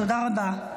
תודה רבה.